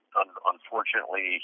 unfortunately